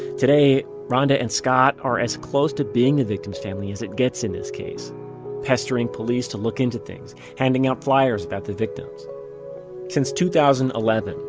today, ronda and scott are as close to being the victim's family as it gets in this case pestering police to look into things, handing out flyers about the victims since two thousand and eleven,